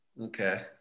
Okay